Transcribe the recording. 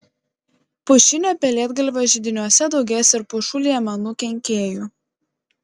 pušinio pelėdgalvio židiniuose daugės ir pušų liemenų kenkėjų